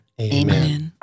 Amen